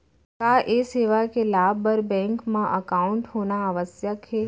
का ये सेवा के लाभ बर बैंक मा एकाउंट होना आवश्यक हे